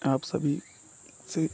आप सभी से